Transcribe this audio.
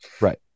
right